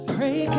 Pray